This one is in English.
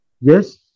Yes